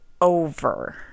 over